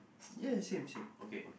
ya same same okay